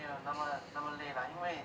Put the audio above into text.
那么那么累 liao 因为